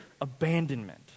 abandonment